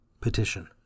Petition